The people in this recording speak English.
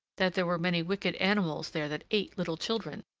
that there were many wicked animals there that ate little children,